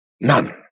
none